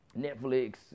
netflix